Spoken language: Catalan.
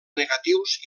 negatius